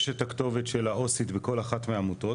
יש את הכתובת של העו"סית בכל אחת מהעמותות,